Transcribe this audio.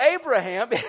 Abraham